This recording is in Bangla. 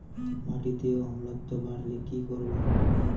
মাটিতে অম্লত্ব বাড়লে কি করব?